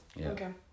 okay